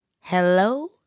Hello